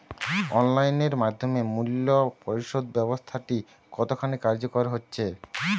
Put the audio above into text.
Online এর মাধ্যমে মূল্য পরিশোধ ব্যাবস্থাটি কতখানি কার্যকর হয়েচে?